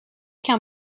qu’un